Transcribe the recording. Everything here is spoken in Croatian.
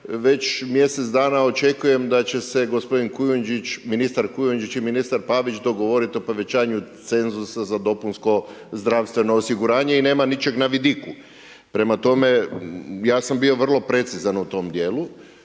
već mjesec dana očekujem da će se ministar Kujundžić i ministar Pavić dogovorit o povećanju cenzusa za dopunsko zdravstveno osiguranje i nema ničeg na vidiku. Prema tome ja sam bio vrlo precizan u tom djelu.